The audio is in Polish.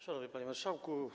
Szanowny Panie Marszałku!